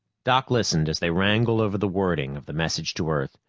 doc listened as they wrangled over the wording of the message to earth,